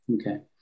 Okay